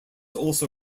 also